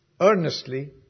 earnestly